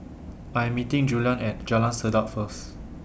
I Am meeting Juliann At Jalan Sedap First